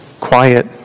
quiet